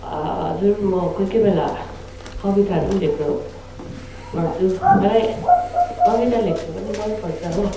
ह ह हजुर म कोही कोही बेला कविताहरू लेख्ने गर्छु मलाई कविता लेख्नु पनि मन पर्छ हो